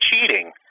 cheating